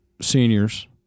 seniors